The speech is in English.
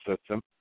system